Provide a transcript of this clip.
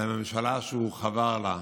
על הממשלה שהוא חבר לה,